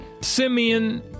simeon